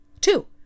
Two